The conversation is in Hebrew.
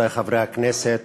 רבותי חברי הכנסת,